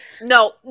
no